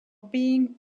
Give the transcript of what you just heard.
being